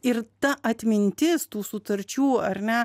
ir ta atmintis tų sutarčių ar ne